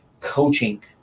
coaching